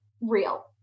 real